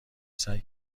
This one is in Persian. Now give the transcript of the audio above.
سعی